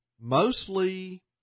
mostly